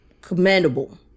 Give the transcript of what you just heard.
commendable